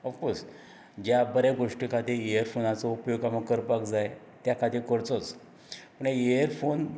of course ज्या बऱ्या गोश्टी खातीर इयरफोनाचो उपयोग आमकां करपाक जाय त्या खातीर करचोच पूण इयरफोन